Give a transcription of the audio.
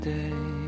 day